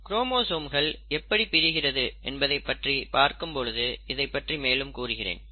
குரோமோசோம்கள் எப்படி பிரிகிறது என்பதைப் பற்றி பார்க்கும் பொழுது இதைப்பற்றி மேலும் கூறுகிறேன்